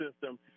system